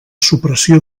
supressió